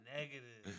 Negative